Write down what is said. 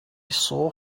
sore